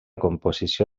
composició